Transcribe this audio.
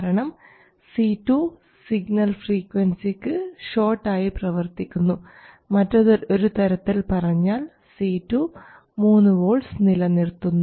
കാരണം C2 signal ഫ്രീക്വൻസിക്ക് short ആയി പ്രവർത്തിക്കുന്നു മറ്റൊരു തരത്തിൽ പറഞ്ഞാൽ C2 3 വോൾട്ട്സ് നിലനിർത്തുന്നു